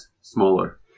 smaller